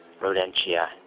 rodentia